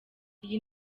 iyi